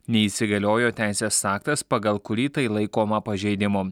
nei įsigaliojo teisės aktas pagal kurį tai laikoma pažeidimu